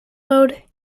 load